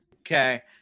Okay